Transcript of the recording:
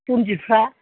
रनजितफ्रा